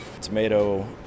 tomato